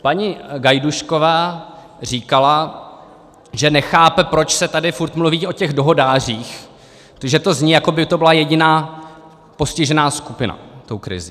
Paní Gajdůšková říkala, že nechápe, proč se tady furt mluví o těch dohodářích, že to zní, jako by to byla jediná postižená skupina, tou krizí.